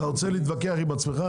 אתה רוצה להתווכח עם עצמך?